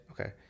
Okay